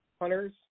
Hunters